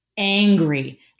angry